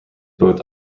both